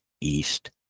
east